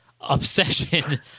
obsession